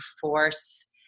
force